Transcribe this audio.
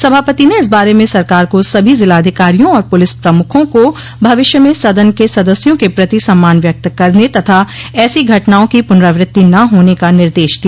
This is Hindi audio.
सभापति ने इस बारे में सरकार को सभी जिलाधिकारियों और प्रलिस प्रमुखों को भविष्य में सदन के सदस्यों के प्रति सम्मान व्यक्त करने तथा ऐसी घटनाओं की प्नरावृत्ति न होने का निर्देश दिया